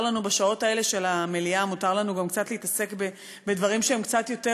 בשעות האלה של המליאה מותר לנו גם קצת להתעסק בדברים שהם קצת יותר